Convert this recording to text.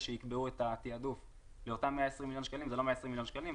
שיקבעו את התעדוף לאותם 120 מיליון זה לא 120 מיליון שקלים,